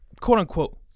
quote-unquote